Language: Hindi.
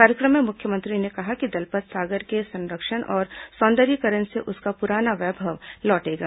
कार्यक्रम में मुख्यमंत्री ने कहा कि दलपत सागर के संरक्षण और सौंदर्यीकरण से उसका पुराना वैभव लौटेगा